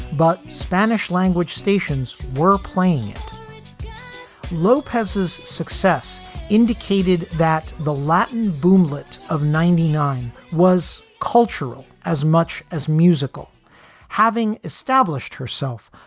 but spanish language stations were playing lopez's success indicated that the latin boomlet of ninety nine was cultural as much as musical having established herself,